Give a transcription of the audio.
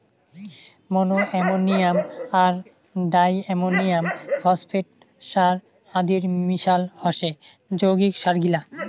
মনো ammonium আর di ammonium phosphate সার আদির মিশাল হসে যৌগিক সারগিলা